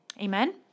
Amen